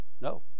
no